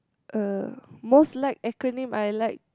uh most liked acronym I like